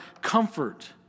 comfort